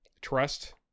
Trust